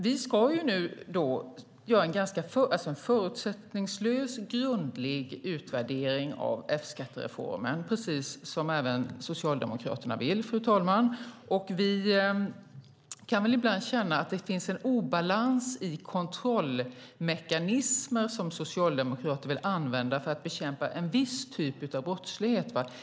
Vi ska göra en förutsättningslös och grundlig utvärdering av F-skattereformen, precis som Socialdemokraterna vill. Vi kan dock ibland känna att det finns en obalans i de kontrollmekanismer som Socialdemokraterna vill använda för att bekämpa en viss typ av brottslighet.